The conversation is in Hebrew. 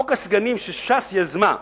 חוק הסגנים שש"ס יזמה,